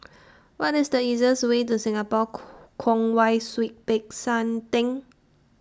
What IS The easiest Way to Singapore Kwong Wai Siew Peck San Theng